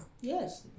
Yes